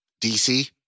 DC